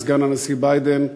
לסגן הנשיא ביידן.